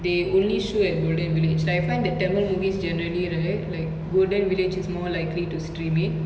they only show at golden village like I find that tamil movies generally right like golden village is more likely to stream it